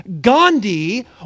Gandhi